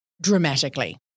dramatically